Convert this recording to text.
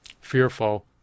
fearful